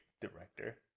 director